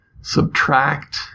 subtract